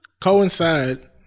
coincide